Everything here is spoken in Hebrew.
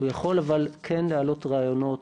הוא יכול כן להעלות רעיונות,